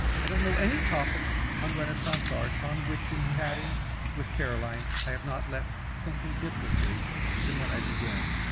i don't know any topic on renaissance art on which, in chatting with caroline, i have not left thinking differently than when i began.